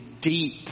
deep